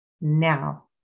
now